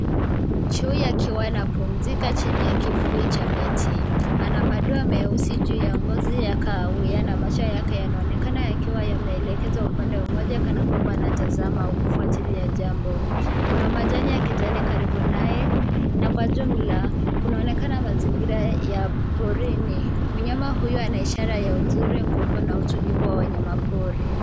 Chui akiwa anapumzika chini ya kivuli cha miti. Ana madoa meusi juu ya ngozi ya kahawia na macho yake yanaonekana yakiwa yameelekezwa upande mmoja kana kwamba anatazama au kufuatilia jambo. Kuna majani ya kijani karibu naye, na kwa jumla kunaonenaka mazingira ya porini. Mnyama huyu ana ishara ya uzuri, nguvu na utulivu wa wanyama pori.